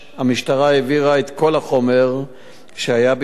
המשטרה העבירה את כל החומר שהיה בידיה